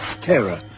terror